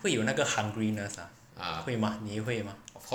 会有那个 hungryness lah 会吗你会吗